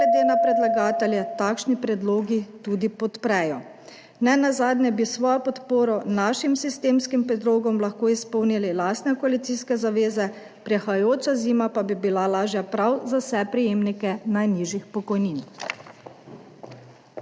na predlagatelje takšni predlogi tudi podprejo. Nenazadnje bi s svojo podporo našim sistemskim predlogom lahko izpolnili lastne koalicijske zaveze, prihajajoča zima pa bi bila lažja prav za vse prejemnike najnižjih pokojnin.